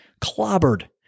clobbered